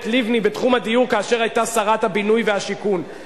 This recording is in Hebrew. לבני בתחום הדיור כאשר היתה שרת הבינוי והשיכון,